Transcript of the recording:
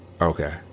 Okay